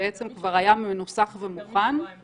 הרשות המבצעת רואה את התמונה